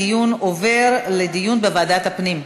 הנושא עובר לדיון בוועדת הפנים.